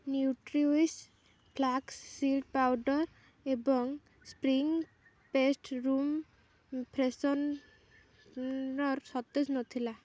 Nutriwish flaxseed powder ଏବଂ spring fest room freshener ସତେଜ ନଥିଲା